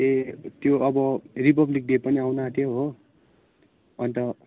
ए त्यो अब Republic Day पनि आउनु आँट्यो हो अन्त